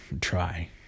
Try